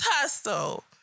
tussle